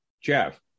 Jeff